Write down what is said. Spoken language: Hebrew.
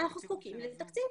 אנחנו זקוקים לתקציב.